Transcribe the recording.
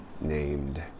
named